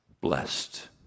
blessed